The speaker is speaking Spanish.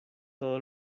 todo